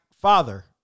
father